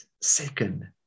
second